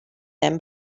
him